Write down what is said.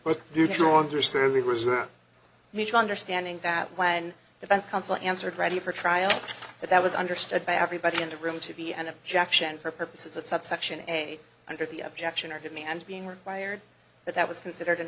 a mutual understanding that when defense counsel answered ready for trial but that was understood by everybody in the room to be an objection for purposes of subsection a under the objection or demands being required but that was considered an